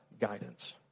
guidance